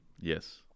Yes